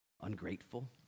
ungrateful